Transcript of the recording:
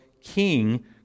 King